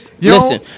Listen